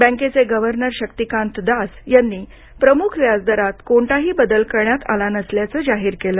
बँकेचे गव्हर्नर शक्तीकांत दास यांनी प्रमुख व्याजदरात कोणताही बदल करण्यात आला नसल्याचं जाहीर केलं